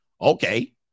Okay